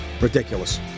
ridiculous